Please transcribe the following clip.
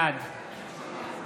בעד